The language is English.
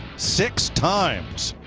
six times.